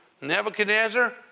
Nebuchadnezzar